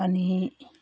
अनि